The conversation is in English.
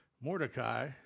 Mordecai